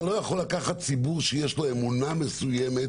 אתה לא יכול לקחת ציבור שיש לו אמונה מסוימת,